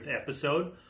episode